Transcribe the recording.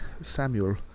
Samuel